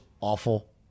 awful